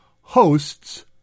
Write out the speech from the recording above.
hosts